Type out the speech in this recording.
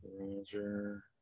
roger